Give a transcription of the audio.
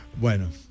bueno